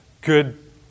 good